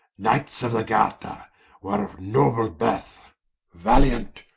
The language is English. knights of the garter were of noble birth valiant,